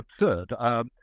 absurd